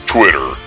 Twitter